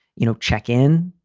you know, check in,